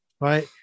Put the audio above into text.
right